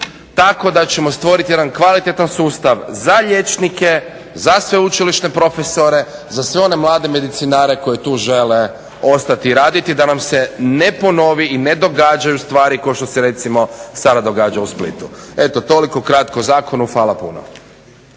tako da ćemo stvoriti jedan kvalitetan sustav za liječnike, za sveučilišne profesore, za sve one mlade medicinare koji tu žele ostati raditi, da nam se ne ponovi i ne događaju stvari kao što se recimo sada događa u Splitu. Eto toliko kratko o zakonu. Hvala puno.